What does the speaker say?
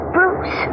Bruce